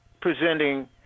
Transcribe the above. presenting